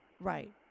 Right